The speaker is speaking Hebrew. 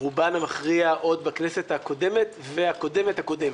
רובן המכריע עוד בכנסת הקודמת, והקודמת הקודמת.